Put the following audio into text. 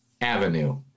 Avenue